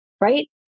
right